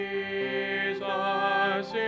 Jesus